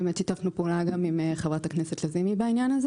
ושיתפנו פעולה עם חברת הכנסת לזימי בעניין.